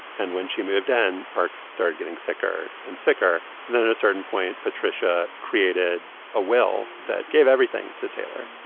and when she moved in, parks started getting sicker and sicker then, at a certain point, patricia created a will that gave everything to taylor.